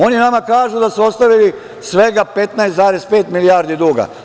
Oni nama kažu da su ostavili svega 15,5 milijardi duga.